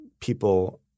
people –